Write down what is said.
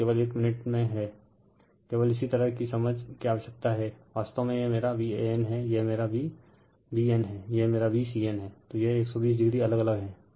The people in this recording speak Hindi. यह केवल एक मिनट हैं केवल इसी तरह कि समझ कि आवश्यकता हैं वास्तव मेंयह मेरा Van हैं यह मेरा Vbn हैं यह मेरा Vcn है तो यह 120o अलग अलग हैं